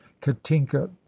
katinka